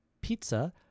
pizza